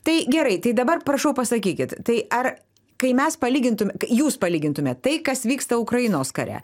tai gerai tai dabar prašau pasakykit tai ar kai mes palygintume jūs palygintumėt tai kas vyksta ukrainos kare